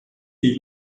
die